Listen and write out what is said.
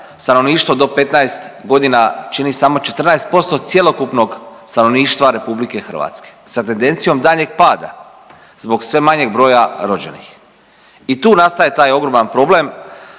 stanovništvo do 15 godina čini samo 14% cjelokupnog stanovništva RH sa tendencijom daljnjeg pada zbog sve manjeg broja rođenih. I tu nastaje taj ogroman problem